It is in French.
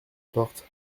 porte